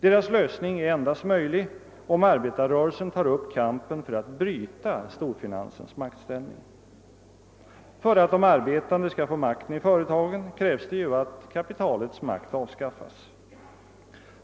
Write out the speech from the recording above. Deras lösning är endast möjlig om arbetarrörelsen tar upp kampen för att bryta storfinansens maktställning. För att de arbetande skall få makten i företagen krävs det att kapitalets makt avskaffas.